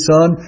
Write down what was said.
Son